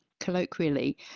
colloquially